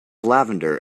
lavender